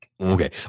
Okay